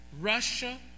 Russia